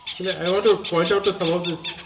and i want to point out the some of this,